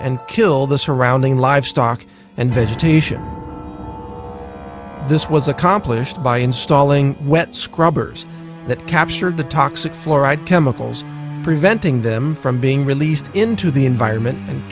and kill the surrounding livestock and vegetation this was accomplished by installing wet scrubbers that captured the toxic fluoride chemicals preventing them from being released into the environment and